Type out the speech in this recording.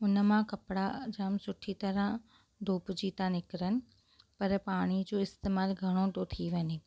हुन मां कपिड़ा जाम सुठी तरह धोपिजी था निकिरनि पर पाणी जो इस्तेमाल घणो थो थी वञे